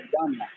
done